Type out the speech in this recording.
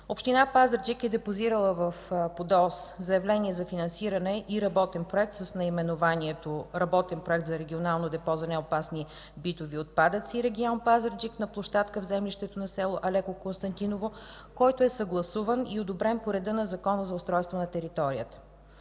Община Пазарджик е депозирала в ПУДООС заявление за финансиране и работен проект с наименованието „Работен проект за регионално депо за неопасни битови отпадъци, регион Пазарджик на площадка в землището на село Алеко Константиново”, който е съгласуван и одобрен по реда на Закона за устройство на територията.